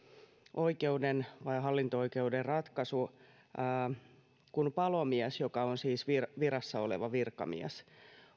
oikeuden vai hallinto oikeuden ratkaisu siitä kun palomies joka on siis virassa oleva virkamies